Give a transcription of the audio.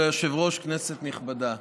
כבוד היושב-ראש, כנסת נכבדה,